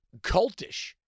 cultish